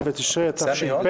ו' בתשרי התשפ"א,